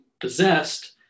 possessed